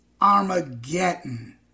Armageddon